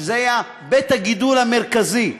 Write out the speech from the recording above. שהיה בית-הגידול המרכזי,